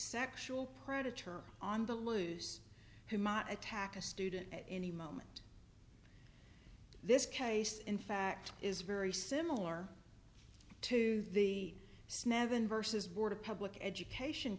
sexual predator on the loose who might attack a student at any moment this case in fact is very similar to the sneddon versus board of public education